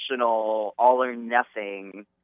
all-or-nothing